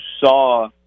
saw